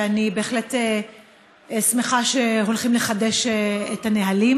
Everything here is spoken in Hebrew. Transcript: ואני בהחלט שמחה שהולכים לחדש את הנהלים.